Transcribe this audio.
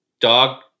dog